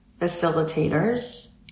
facilitators